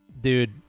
Dude